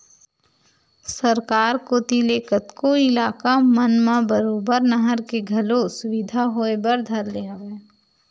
सरकार कोती ले कतको इलाका मन म बरोबर नहर के घलो सुबिधा होय बर धर ले हवय